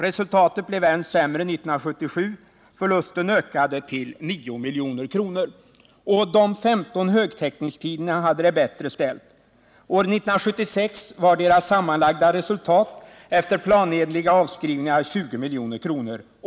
Resultatet blev än sämre 1977: förlusten ökade till 9 milj.kr. De 15 högtäckningstidningarna hade det bättre ställt. År 1976 var deras sammanlagda överskott efter planenliga avskrivningar 20 milj.kr.